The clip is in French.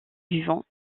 vivants